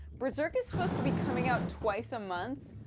berserk is supposed to be coming out twice a month?